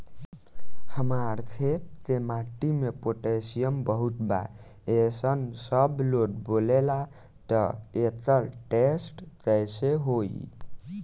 हमार खेत के माटी मे पोटासियम बहुत बा ऐसन सबलोग बोलेला त एकर टेस्ट कैसे होई?